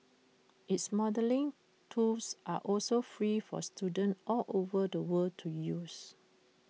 its modelling tools are also free for students all over the world to use